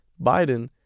Biden